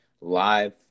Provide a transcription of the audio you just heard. live